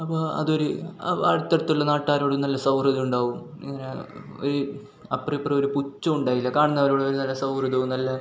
അപ്പോൾ അതൊരു അടുത്തടുത്തുള്ള നാട്ടുകാരോടു നല്ല സൗഹൃദം ഉണ്ടാവും ഇങ്ങനെ ഒര അപ്പ്രൊ ഇപ്പ്രൊ ഒരു പുചചമുണ്ടാവില്ല കാണുന്നവരോടൊരു നല്ല സൗഹൃദവും നല്ല